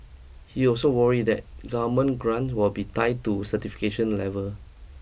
he also worried that government grants will be tied to certification level